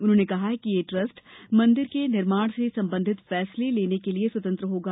उन्होंने कहा कि यह ट्रस्ट मंदिर के निर्माण से संबंधित फैसले लेने के लिए स्वतंत्र होगा